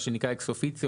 מה שנקרא אקסופיציו,